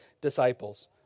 disciples